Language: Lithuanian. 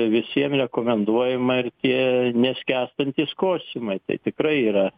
visiem rekomenduojama ir tie neskęstantys kostiumai tai tikrai yra